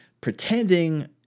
pretending